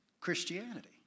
Christianity